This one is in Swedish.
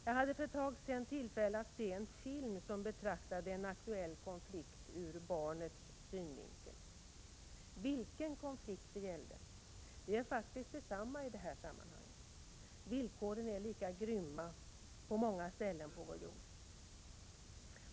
Jag hade för ett tag sedan tillfälle att se en film som betraktade en aktuell konflikt just från barnens synvinkel. Vilken konflikt det gällde gör faktiskt detsamma i det här sammanhanget — villkoren är lika grymma på många ställen på vår jord.